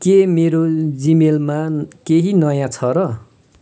के मेरो जिमेलमा केही नयाँ छ र